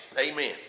Amen